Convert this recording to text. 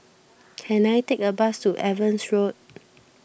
can I take a bus to Evans Road